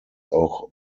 auch